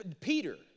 Peter